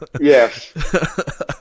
Yes